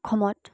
অসমত